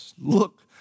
Look